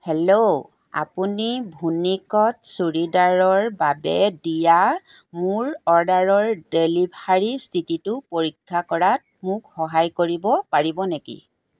hello আপুনি ভুনিকত চুৰিদাৰৰ বাবে দিয়া মোৰ অৰ্ডাৰৰ ডেলিভাৰী স্থিতিটো পৰীক্ষা কৰাত মোক সহায় কৰিব পাৰিব নেকি